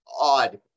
odd